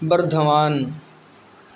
Vardhaman